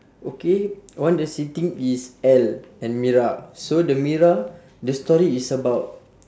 okay on the sitting is L and mira so the mira the story is about